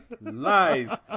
Lies